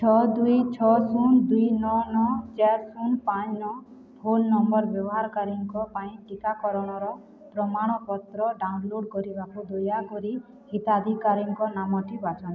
ଛଅ ଦୁଇ ଛଅ ଶୂନ ଦୁଇ ନଅ ନଅ ଚାର ଶୂନ ପାଞ୍ଚ ନଅ ଫୋନ ନମ୍ବର୍ ବ୍ୟବହାରକାରୀଙ୍କ ପାଇଁ ଟିକାକରଣର ପ୍ରମାଣପତ୍ର ଡ଼ାଉନଲୋଡ଼୍ କରିବାକୁ ଦୟାକରି ହିତାଧିକାରୀଙ୍କ ନାମଟି ବାଛନ୍ତୁ